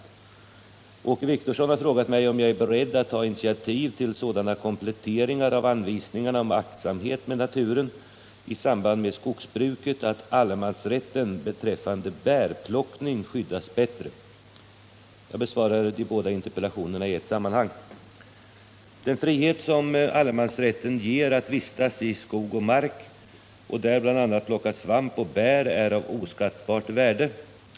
Nr 31 Åke Wictorsson har frågat mig om jag är beredd att ta initiativ till Måndagen den sådana kompletteringar av anvisningarna om aktsamhet med naturen 21 november 1977 i samband med skogsbruket att allemansrätten beträffande bärplockning skyddas bättre. Om allemans Jag besvarar de båda interpellationerna i ett sammanhang. rätten Den frihet som allemansrätten ger att vistas i skog och mark och där bl.a. plocka svamp och bär är av oskattbart värde.